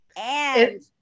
and-